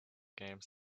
games